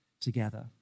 together